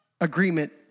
agreement